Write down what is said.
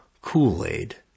Kool-Aid